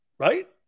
Right